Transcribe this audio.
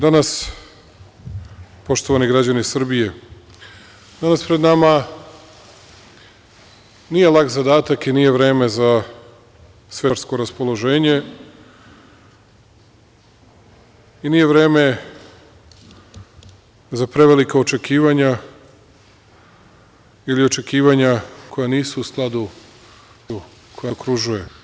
Danas, poštovani građani Srbije, danas pred nama nije lak zadatak i nije vreme za svečarsko raspoloženje i nije vreme za prevelika očekivanja ili očekivanja koja nisu u skladu sa realnošću koja nas okružuje.